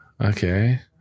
Okay